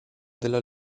della